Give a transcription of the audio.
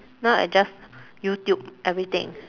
now I just youtube everything